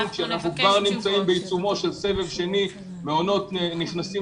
כשאנחנו כבר נמצאים בעיצומו של סבב שני ויש מעונות שנכנסים